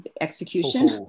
execution